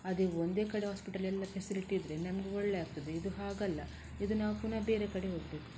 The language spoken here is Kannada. ಅದೇ ಒಂದೇ ಕಡೆ ಹಾಸ್ಪಿಟಲ್ ಎಲ್ಲ ಫೆಸಿಲಿಟಿ ಇದ್ದರೆ ನಮಗೂ ಒಳ್ಳೆ ಆಗ್ತದೆ ಇದು ಹಾಗಲ್ಲ ಇದು ನಾವು ಪುನಃ ಬೇರೆ ಕಡೆ ಹೋಗಬೇಕು